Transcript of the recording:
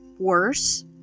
Worse